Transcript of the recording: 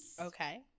Okay